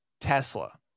Tesla